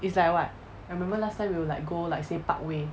is like what I remember last time we will like go like say parkway